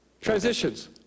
Transitions